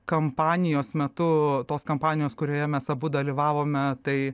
kampanijos metu tos kampanijos kurioje mes abu dalyvavome tai